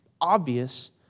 obvious